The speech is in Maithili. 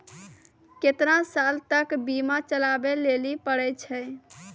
केतना साल तक बीमा चलाबै लेली पड़ै छै?